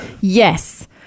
Yes